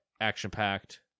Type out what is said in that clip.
action-packed